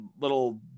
little